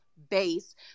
base